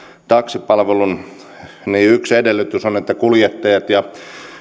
taksipalvelun yksi edellytys on että kuljettajat ja